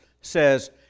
says